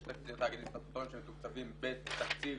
יש תאגידים סטטוטוריים שמתוקצבים בתקציב